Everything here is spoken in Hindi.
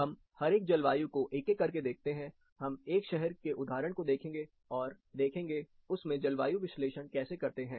हम हर एक जलवायु को एक एक करके देखते हैं हम एक शहर के उदाहरण को देखेंगे और देखेंगे उस में जलवायु विश्लेषण कैसे करते हैं